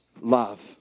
love